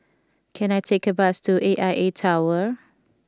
can I take a bus to A I A Tower